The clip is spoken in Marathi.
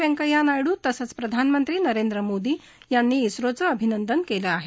वैंकय्या नायडू तसंच प्रधानमंत्री नरेंद्र मोदी यांनी इस्रोचं अभिनंदन केलं आहे